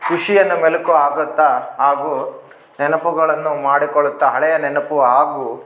ಖುಷಿಯನ್ನ ಮೆಲುಕು ಹಾಕುತ್ತ ಹಾಗು ನೆನಪುಗಳನ್ನು ಮಾಡಿಕೊಳ್ಳುತ್ತ ಹಳೆಯ ನೆನಪು ಹಾಗು